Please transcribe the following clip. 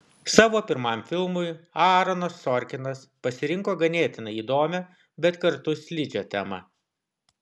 savo pirmam filmui aaronas sorkinas pasirinko ganėtinai įdomią bet kartu slidžią temą